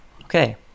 okay